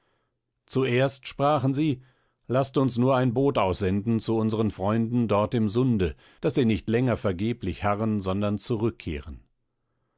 zuerst sprachen sie laßt uns nur ein boot aussenden zu unsern freunden dort im sunde daß sie nicht länger vergeblich harren sondern zurückkehren